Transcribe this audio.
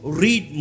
read